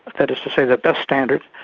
ah that is to say the best standard,